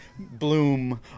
Bloom